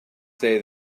say